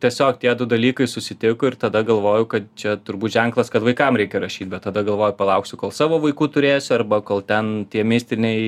tiesiog tie du dalykai susitiko ir tada galvojau kad čia turbūt ženklas kad vaikam reikia rašyt bet tada galvoju palauksiu kol savo vaikų turėsiu arba kol ten tie mistiniai